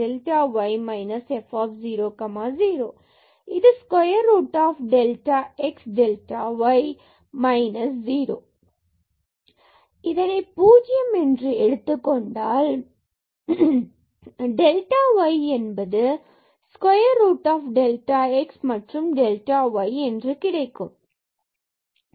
இது square root of delta x delta y மற்றும் minus 0 இதனை 0 என எடுத்துக்கொண்டால் delta என்பது square root delta x மற்றும் delta y என்று கிடைக்கும் tyfxyxyxy≥0 0elsewhere